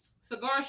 cigar